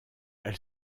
elle